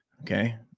Okay